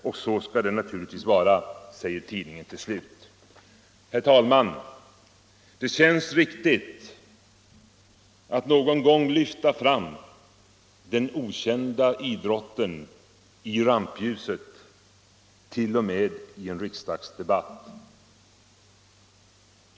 Ock så ska det naturligtvis vara.” Herr talman! Det känns riktigt att någon gång lyfta fram ”den okända idrotten” i rampljuset — t.o.m. i riksdagsdebatt.